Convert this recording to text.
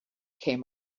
came